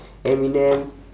eminem